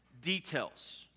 details